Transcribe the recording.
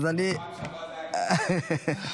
בפעם שעברה זה היה קיצוני.